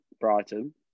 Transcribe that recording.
Brighton